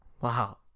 Wow